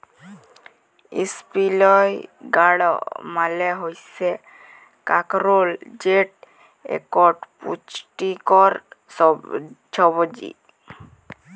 ইসপিলই গাড় মালে হচ্যে কাঁকরোল যেট একট পুচটিকর ছবজি